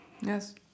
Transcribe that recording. Yes